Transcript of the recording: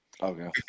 okay